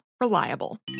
Reliable